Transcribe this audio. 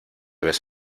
vez